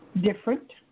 Different